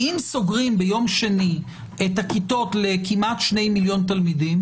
אם סוגרים ביום שני את הכיתות לכמעט שני מיליון תלמידים,